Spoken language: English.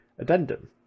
Addendum